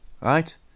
right